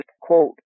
quote